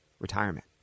retirement